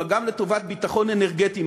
אבל גם לטובת ביטחון אנרגטי,